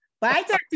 Bye